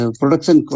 production